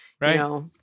Right